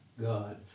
God